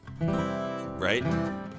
right